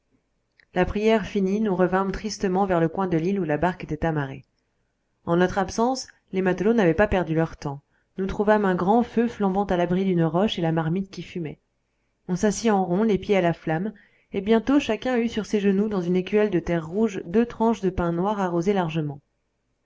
la prière finie nous revînmes tristement vers le coin de l'île où la barque était amarrée en notre absence les matelots n'avaient pas perdu leur temps nous trouvâmes un grand feu flambant à l'abri d'une roche et la marmite qui fumait on s'assit en rond les pieds à la flamme et bientôt chacun eut sur ses genoux dans une écuelle de terre rouge deux tranches de pain noir arrosées largement